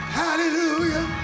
hallelujah